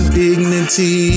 dignity